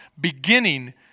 beginning